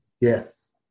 Yes